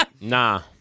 Nah